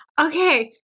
Okay